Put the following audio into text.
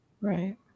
right